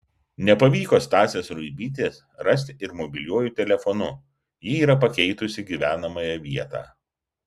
nepavyko stasės ruibytės rasti ir mobiliuoju telefonu ji yra pakeitusi gyvenamąją vietą